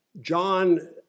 John